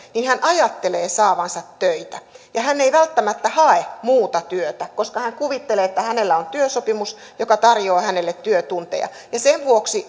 niin hän ajattelee saavansa töitä ja hän ei välttämättä hae muuta työtä koska hän kuvittelee että hänellä on työsopimus joka tarjoaa hänelle työtunteja sen vuoksi